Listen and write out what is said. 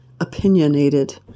opinionated